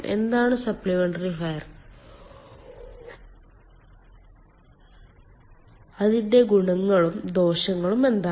എന്താണ് supplementary fire അതിന്റെ ഗുണങ്ങളും ദോഷങ്ങളും എന്താണ്